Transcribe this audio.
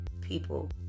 people